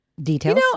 Details